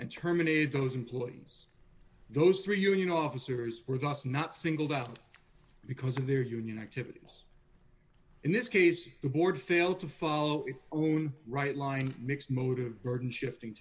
and terminated those employees those three union officers were thus not singled out because of their union activities in this case the board failed to follow its own right line mixed motive burden shifting